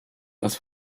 als